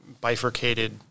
bifurcated